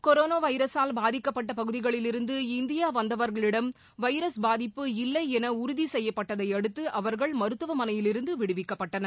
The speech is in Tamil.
கொரனோவைரசால் பாதிக்கப்பட்டபகுதிகளிலிருந்து இந்தியாவந்தவர்களிடம் வைரஸ் பாதிப்பு இல்லைஎனஉறுதிசெய்யப்பட்டதைஅடுத்துஅவர்கள் மருத்துவமனையில் இருந்துவிடுவிக்கப்பட்டனர்